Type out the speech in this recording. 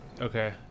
Okay